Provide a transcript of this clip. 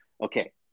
okay